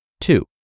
Two